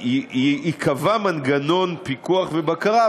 ייקבע מנגנון פיקוח ובקרה,